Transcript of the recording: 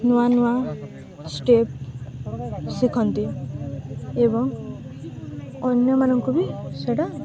ନୂଆ ନୂଆ ଷ୍ଟେପ ଶିଖନ୍ତି ଏବଂ ଅନ୍ୟମାନଙ୍କୁ ବି ସେଟା